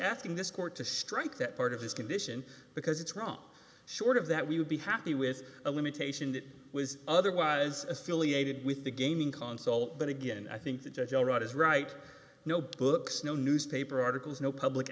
asking this court to strike that part of his condition because it's wrong short of that we would be happy with a limitation that was otherwise affiliated with the gaming console but again i think the judge all right is right no books no newspaper articles no public